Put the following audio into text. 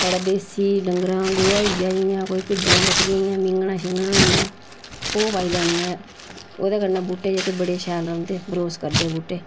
साढ़ा देसी डंगरां दा गोहा होई गेआ जियां कोई भिड्डें बक्करियें दियां मीङना शीङना होई गेइयां ओह् पाई लैनियां ओह्दे कन्नै बूह्टे जेह्के बड़े शैल रौंह्दे बरोस करदे बूह्टे